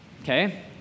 Okay